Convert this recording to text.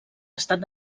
estat